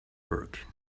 work